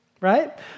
right